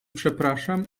przepraszam